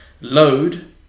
load